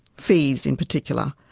fees in particular,